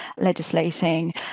legislating